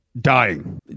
dying